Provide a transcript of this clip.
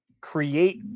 create